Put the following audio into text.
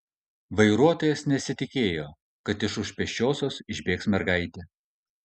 vairuotojas nesitikėjo kad iš už pėsčiosios išbėgs mergaitė